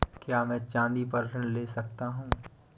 क्या मैं चाँदी पर ऋण ले सकता हूँ?